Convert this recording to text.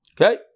Okay